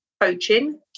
coaching